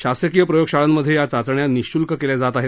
शासकीय प्रयोगशाळांमध्ये या चाचण्या निःशुल्क केल्या जात आहेत